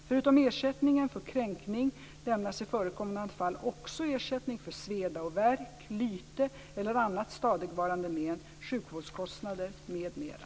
Förutom ersättningen för kränkning lämnas i förekommande fall också ersättning för sveda och värk, lyte eller annat stadigvarande men, sjukvårdskostnader m.m.